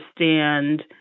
understand